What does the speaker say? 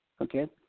Okay